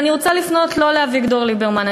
אבל אני רוצה לפנות לא לאביגדור ליברמן,